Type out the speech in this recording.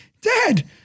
dad